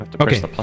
okay